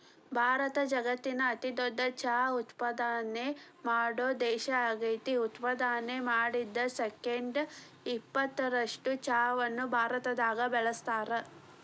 ಭಾರತ ಜಗತ್ತಿನ ಅತಿದೊಡ್ಡ ಚಹಾ ಉತ್ಪಾದನೆ ಮಾಡೋ ದೇಶ ಆಗೇತಿ, ಉತ್ಪಾದನೆ ಮಾಡಿದ ಶೇಕಡಾ ಎಪ್ಪತ್ತರಷ್ಟು ಚಹಾವನ್ನ ಭಾರತದಾಗ ಬಳಸ್ತಾರ